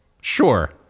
Sure